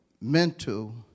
mental